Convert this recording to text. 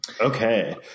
Okay